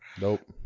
Nope